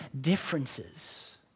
differences